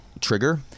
trigger